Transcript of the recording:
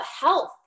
health